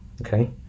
okay